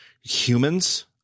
humans